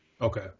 Okay